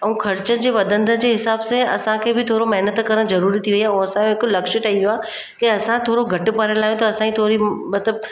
ऐं ख़र्च जे वधंदे जे हिसाब सां असांखे बि थोरो महिनतु करणु ज़रूरी थी वई आहे उहा असांजो हिकु लक्ष्य ठही वियो आहे की असां थोरो घटि पढ़ियलु आहियूं त असांजी थोरी मतिलबु